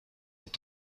est